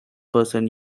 person